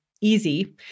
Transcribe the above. easy